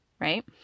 right